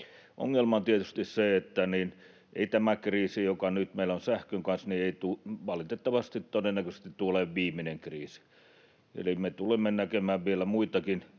Ongelma on tietysti se, että ei tämä kriisi, joka nyt meillä on sähkön kanssa, valitettavasti ja todennäköisesti tule olemaan viimeinen kriisi, eli me tulemme näkemään vielä muitakin, joissa